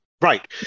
right